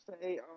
say